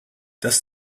does